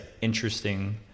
interesting